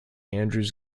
andrews